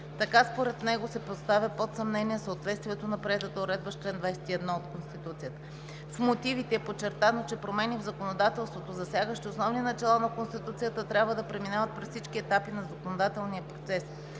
Така според него се поставя под съмнение съответствието на приетата уредба с чл. 21 от Конституцията. В мотивите е подчертано, че промени в законодателството, засягащи основни начала на Конституцията, трябва да преминават през всички етапи на законодателния процес.